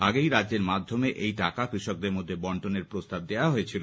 আগেই রাজ্যের মাধ্যমে এই টাকা কৃষকদের মধ্যে বণ্টনের প্রস্তাব দেওয়া হয়েছিল